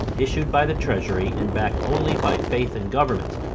issued by the treasury and backed only by faith in government,